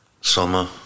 Summer